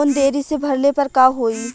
Loan देरी से भरले पर का होई?